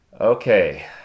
okay